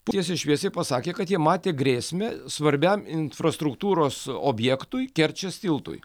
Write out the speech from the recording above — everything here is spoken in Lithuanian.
tiesiai šviesiai pasakė kad jie matė grėsmę svarbiam infrastruktūros objektui kerčės tiltui